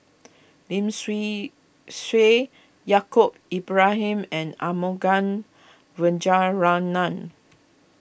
Lim Swee Say Yaacob Ibrahim and Arumugam Vijiaratnam